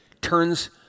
turns